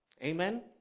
Amen